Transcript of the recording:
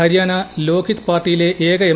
ഹരിയാന ലോഘിത് പാർട്ടിയിലെ ഏക എം